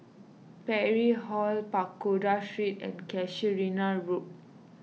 Parry Hall Pagoda Street and Casuarina Road